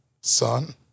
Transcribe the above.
son